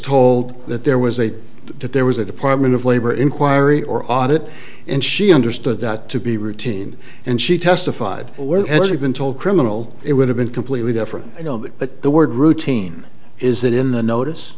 told that there was a that there was a department of labor inquiry or audit and she understood that to be routine and she testified where has she been told criminal it would have been completely different you know but the word routine is that in the notice